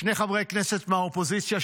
שני חברי כנסת מהאופוזיציה,